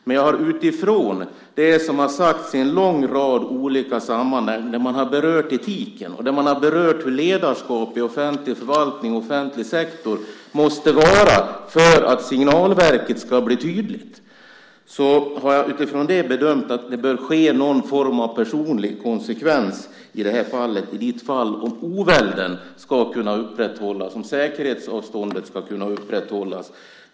Men utifrån det som sagts i en lång rad olika sammanhang där etiken berörts och där man har berört hur ledarskapet i offentlig förvaltning och offentlig sektor måste vara för att signalverket ska bli tydligt har jag bedömt att det bör vara någon form av personlig konsekvens, i det här fallet i ditt fall, för att oväld och säkerhetsavstånd ska kunna upprätthållas.